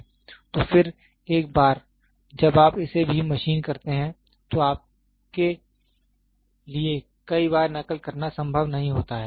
तो फिर एक बार जब आप इसे भी मशीन करते हैं तो आपके लिए कई बार नकल करना संभव नहीं होता है